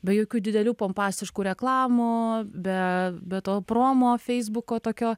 be jokių didelių pompastiškų reklamų be be to promo feisbuku tokio